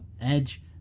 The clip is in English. Edge